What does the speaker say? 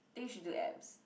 then you should do abs